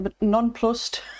Nonplussed